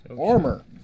armor